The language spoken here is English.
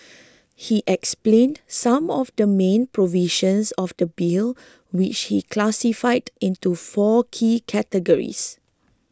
he explained some of the main provisions of the Bill which he classified into four key categories